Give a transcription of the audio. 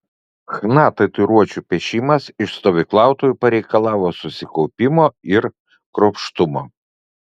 chna tatuiruočių piešimas iš stovyklautojų pareikalavo susikaupimo ir kruopštumo